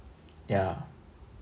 yeah